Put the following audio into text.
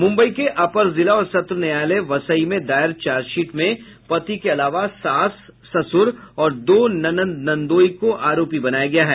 मुम्बई के अपर जिला और सत्र न्यायालय वसई में दायर चार्जशीट में पति के अलावा सास ससुर और दो ननद ननदोई को आरोपी बनाया गया है